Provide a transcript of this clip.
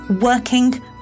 working